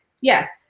Yes